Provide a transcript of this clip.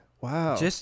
Wow